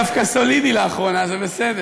לא, אני דווקא סולידי לאחרונה, זה בסדר.